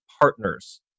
partners